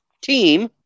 team